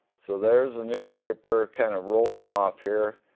so there's a newspaper kind of rolling off here.